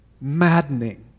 maddening